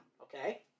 Okay